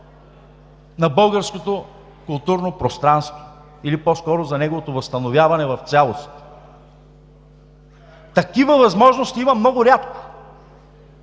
на българското културно пространство или по-скоро за неговото възстановяване в цялост. Такива възможности има много рядко